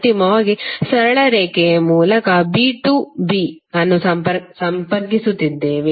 ಅಂತಿಮವಾಗಿ ಸರಳ ರೇಖೆಯ ಮೂಲಕ b ಟು b ಅನ್ನು ಸಂಪರ್ಕಿಸುತ್ತಿದ್ದೇವೆ